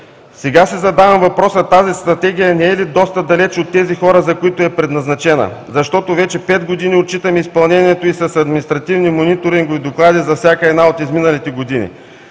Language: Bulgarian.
Сега си задавам въпроса: тази Стратегия не е ли доста далеч от хората, за които е предназначена? Защото вече пет години отчитаме изпълнението ѝ с административни мониторингови доклади за всяка една от изминалите години.